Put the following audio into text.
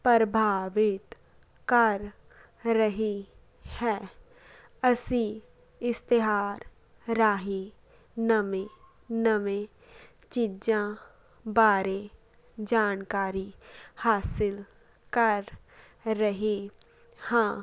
ਪ੍ਰਭਾਵਿਤ ਕਰ ਰਹੀ ਹੈ ਅਸੀਂ ਇਸ਼ਤਿਹਾਰ ਰਾਹੀਂ ਨਵੇਂ ਨਵੇਂ ਚੀਜ਼ਾਂ ਬਾਰੇ ਜਾਣਕਾਰੀ ਹਾਸਿਲ ਕਰ ਰਹੇ ਹਾਂ